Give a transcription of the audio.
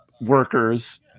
workers